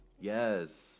Yes